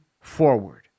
forward